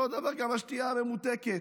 אותו דבר גם השתייה הממותקת.